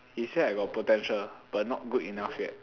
he say I got potential but not good enough yet